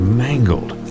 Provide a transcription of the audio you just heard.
mangled